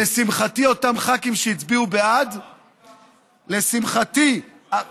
אותם ח"כים שהצביעו בעד, לשמחתי, יואל,